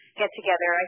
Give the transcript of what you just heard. get-together